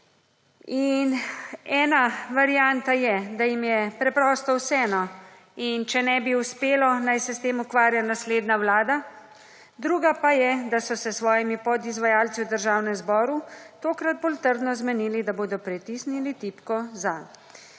in ena varianta je, da jim je preprosto vseeno in če ne bi uspelo, naj se s tem ukvarja naslednja Vlada, druga pa je, da so se s svojimi podizvajalci v Državnem zboru tokrat bolj trdno zmenili, da bodo pritisnili tipko